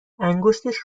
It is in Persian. انگشتش